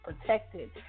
protected